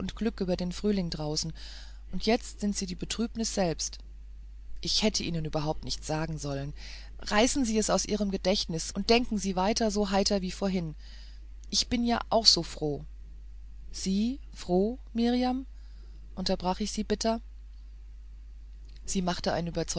über den frühling draußen und jetzt sind sie die betrübnis selbst ich hätte ihnen überhaupt nichts sagen sollen reißen sie es aus ihrem gedächtnis und denken sie wieder so heiter wie vorhin ich bin ja so froh sie froh mirjam unterbrach ich sie bitter sie machte ein